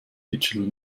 digital